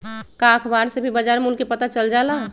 का अखबार से भी बजार मूल्य के पता चल जाला?